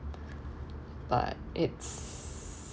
but it's